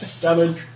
Damage